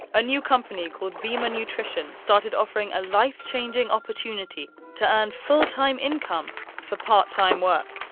a new company called vemma nutrition started offering a life-changing opportunity to earn full time income for part time work.